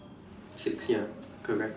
six ya correct